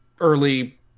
early